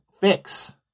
fix